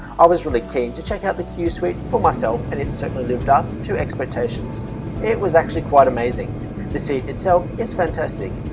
i was really keen to check out the q suite for myself and it certainly lived up to expectations it was actually quite amazing the seat itself is fantastic,